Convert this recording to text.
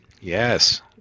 yes